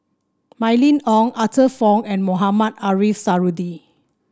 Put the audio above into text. Mylene Ong Arthur Fong and Mohamed Ariff Suradi